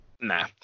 Nah